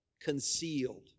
concealed